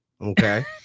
Okay